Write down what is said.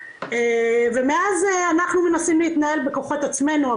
ומאז אנחנו מנסים להתנהל בכוחות עצמנו,